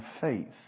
faith